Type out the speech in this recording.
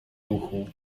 ruchu